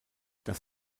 das